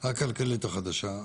הכלכלית החדשה,